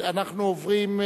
אנחנו עוברים,